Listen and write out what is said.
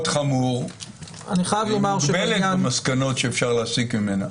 חמור מוגבלת במסקנות שאפשר להסיק ממנה.